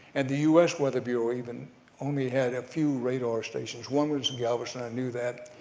and the us weather bureau even only had a few radar stations, one was in galveston, i knew that.